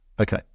Okay